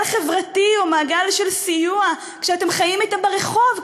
חברתי או במעגל של סיוע כשאתם חיים אתם ברחוב,